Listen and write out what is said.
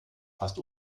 fast